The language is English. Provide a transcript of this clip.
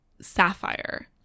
sapphire